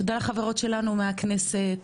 תודה לחברות שלנו מהכנסת,